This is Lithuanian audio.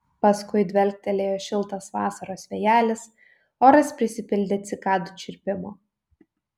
paskui dvelktelėjo šiltas vasaros vėjelis oras prisipildė cikadų čirpimo